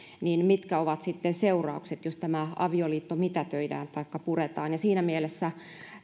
mitkä ovat sitten seuraukset jos tämä avioliitto mitätöidään taikka puretaan siinä mielessä